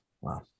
Wow